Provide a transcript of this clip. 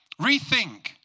Rethink